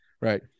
Right